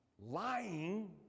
lying